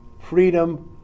freedom